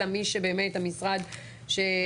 אלא מי שבאמת המשרד שאמון.